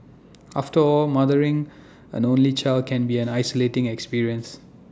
after all mothering an only child can be an isolating experience